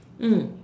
mm